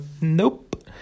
Nope